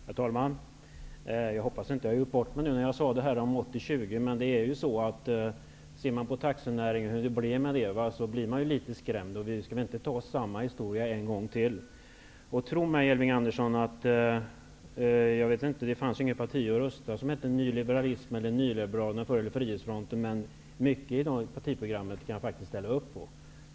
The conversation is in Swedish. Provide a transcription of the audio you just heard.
Herr talman! Jag hoppas att jag inte har gjort bort mig när jag sagt det här om 80--20. Men ser man på hur det blev med taxinäringen, så blir man ju litet skrämd. Vi skall väl inte ha samma historia en gång till. Det fanns inget parti att rösta på som hette Nyliberalerna, men mycket i Frihetsfrontens partiprogram kan jag faktiskt ställa upp på.